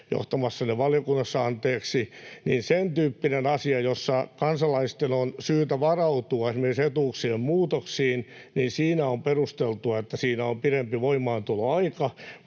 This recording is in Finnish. johtamassanne valiokunnassa. Sen tyyppisessä asiassa, jossa kansalaisten on syytä varautua esimerkiksi etuuksien muutoksiin, on perusteltua, että siinä on pidempi voimaantuloaika,